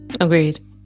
Agreed